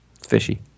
fishy